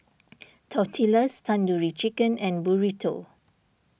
Tortillas Tandoori Chicken and Burrito